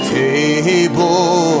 table